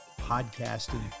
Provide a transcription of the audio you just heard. podcasting